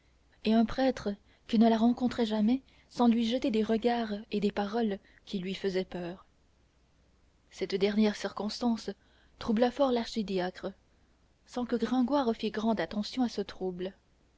et un prêtre qui ne la rencontrait jamais sans lui jeter des regards et des paroles qui lui faisaient peur cette dernière circonstance troubla fort l'archidiacre sans que gringoire fît grande attention à ce trouble